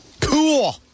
Cool